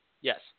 Yes